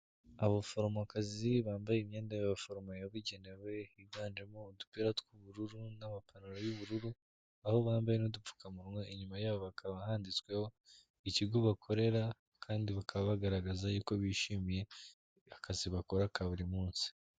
Abaforomokazi bambaye imyenda y'abaforomo yabugenewe, higanjemo udupira tw'ubururu n'amapantaro y'ubururu, aho bambaye n'udupfukamunwa, inyuma yabo hakaba handitsweho, ikigo bakorera kandi bakaba bagaragaza y'uko bishimiye akazi bakora ka buri munsi.